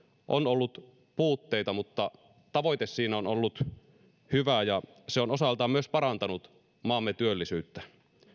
on ollut puutteita mutta tavoite siinä on ollut hyvä ja se on osaltaan myös parantanut maamme työllisyyttä